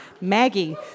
Maggie